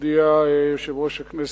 הודיע יושב-ראש הכנסת,